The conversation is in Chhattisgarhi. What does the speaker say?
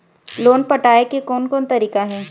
लोन पटाए के कोन कोन तरीका हे?